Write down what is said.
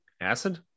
acid